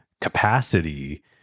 capacity